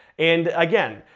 and again,